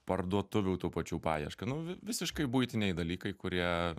parduotuvių tų pačių paieška nu visiškai buitiniai dalykai kurie